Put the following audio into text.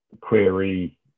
query